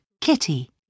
Kitty